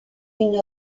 une